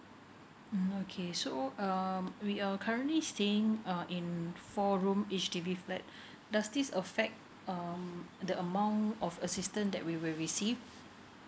mm okay so um we are currently staying uh in four room H_D_B flat does this affect um the amount of assistance that we will receive